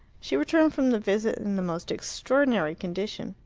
she returned from the visit in the most extraordinary condition.